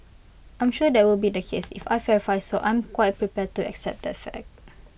I'm sure that will be the case if I verify so I'm quite prepared to accept that fact